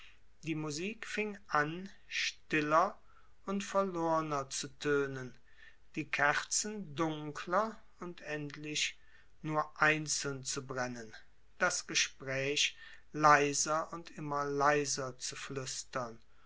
die musik fing an stiller und verlorner zu tönen die kerzen dunkler und endlich nur einzeln zu brennen das gespräch leiser und immer leiser zu flüstern